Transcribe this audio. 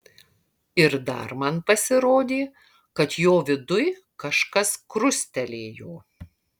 ir dar man pasirodė kad jo viduj kažkas krustelėjo